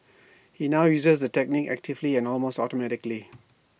he now uses the technique actively and almost automatically